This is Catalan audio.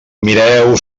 mireu